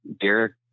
Derek